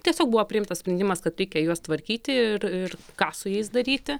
tiesiog buvo priimtas sprendimas kad reikia juos tvarkyti ir ir ką su jais daryti